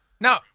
No